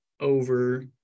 over